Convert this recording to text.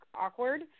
awkward